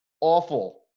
Awful